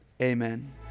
Amen